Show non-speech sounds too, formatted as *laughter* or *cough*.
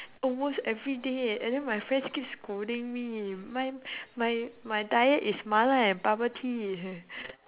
almost everyday and then my friends keep scolding me my my my diet is mala and bubble tea *laughs*